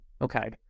okay